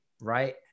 right